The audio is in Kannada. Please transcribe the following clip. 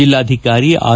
ಜಿಲ್ಲಾಧಿಕಾರಿ ಆರ್